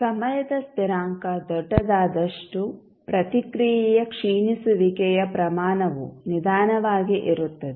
ಸಮಯದ ಸ್ಥಿರಾಂಕ ದೊಡ್ಡದಾದಷ್ಟೂ ಪ್ರತಿಕ್ರಿಯೆಯ ಕ್ಷೀಣಿಸುವಿಕೆಯ ಪ್ರಮಾಣವು ನಿಧಾನವಾಗಿ ಇರುತ್ತದೆ